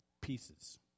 Pieces